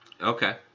Okay